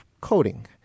coding